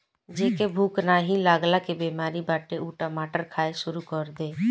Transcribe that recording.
जेके भूख नाही लागला के बेमारी बाटे उ टमाटर खाए शुरू कर दे